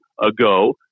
ago